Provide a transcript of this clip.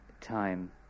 time